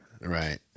Right